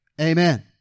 Amen